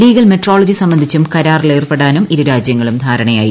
legal metrology സംബന്ധിച്ചും കരാരിലേർപ്പെടാനും ഇരു രാജ്യങ്ങളും ധാരണയായി